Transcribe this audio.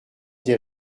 des